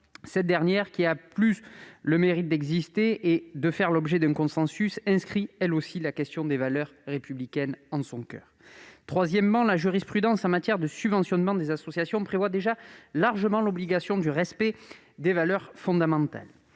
cette dernière, qui a au moins le mérite d'exister et de faire l'objet d'un consensus, inscrit, elle aussi, la question des valeurs républicaines en son coeur. Troisièmement, la jurisprudence en matière de subventionnement des associations prévoit déjà largement l'obligation du respect des valeurs fondamentales.